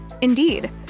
Indeed